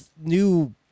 new